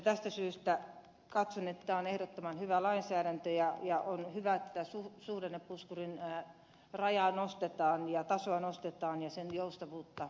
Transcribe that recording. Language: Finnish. tästä syystä katson että tämä on ehdottoman hyvä lainsäädäntö ja on hyvä että suhdannepuskurin rajaa nostetaan ja tasoa nostetaan ja sen joustavuutta parannetaan